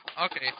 Okay